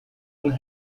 and